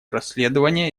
расследования